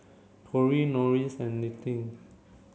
Corie Norris and Linette